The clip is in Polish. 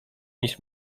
niż